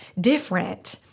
different